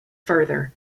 further